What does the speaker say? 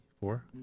four